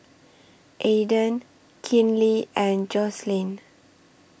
Aedan Kinley and Jocelyne